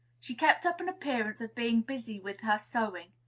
she kept up an appearance of being busy with her sewing,